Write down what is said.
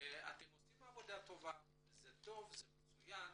עושים עבודה טובה וזה מצוין,